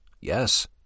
Yes